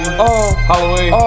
holloway